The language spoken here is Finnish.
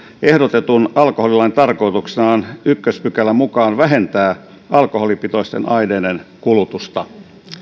ehdotetun alkoholilain tarkoituksena on ensimmäisen pykälän mukaan vähentää alkoholipitoisten aineiden kulutusta